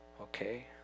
okay